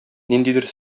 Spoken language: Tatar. ниндидер